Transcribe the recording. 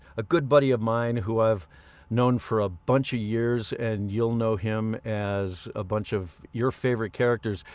a good buddy of mine who i've known for a bunch of years, and you'll know him as a bunch of your favorite characters.